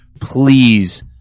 please